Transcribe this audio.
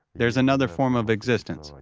there's another form of existence,